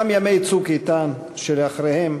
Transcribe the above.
וגם ימי "צוק איתן" שלאחריו,